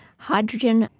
hydrogen,